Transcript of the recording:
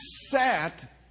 sat